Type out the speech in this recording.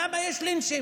למה יש לינצ'ים.